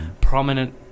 prominent